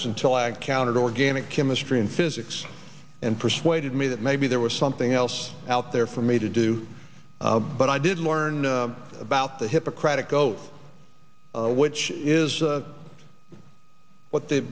was until egg counted organic chemistry and physics and persuaded me that maybe there was something else out there for me to do but i did learn about the hippocratic oath which is what the